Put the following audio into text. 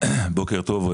בוקר טוב,